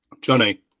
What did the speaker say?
Johnny